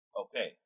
Okay